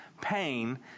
pain